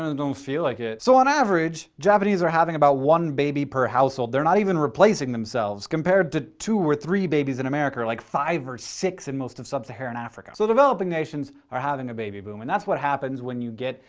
don't don't feel like it so on average, japanese people are having about one baby per household. they're not even replacing themselves, compared to two or three babies in america or like, five or six in most of sub-saharan africa. so developing nations are having a baby boom, and that's what happens when you get,